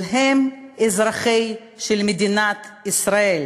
הם אזרחי מדינת ישראל,